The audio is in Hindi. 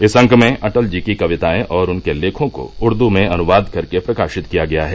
इस अंक में अटल जी की कवितायें और उनके लेखों को उर्द में अनुवाद करके प्रकाशित किया गया है